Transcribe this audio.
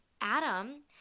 Adam